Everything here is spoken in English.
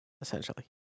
essentially